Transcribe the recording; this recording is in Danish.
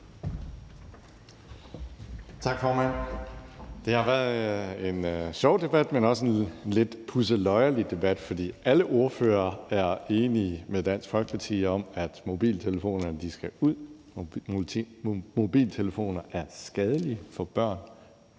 Tak, formand. Det har været en sjov debat, men også en lidt pudseløjerlig debat. For alle ordførere er enige med Dansk Folkeparti i, at mobiltelefonerne skal ud, og at mobiltelefoner er skadelige for børn